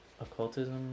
occultism